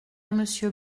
monsieur